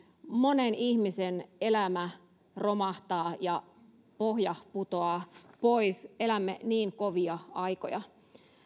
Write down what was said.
monella ihmisellä elämä romahtaa ja pohja putoaa pois elämme niin kovia aikoja